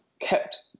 kept